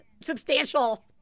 substantial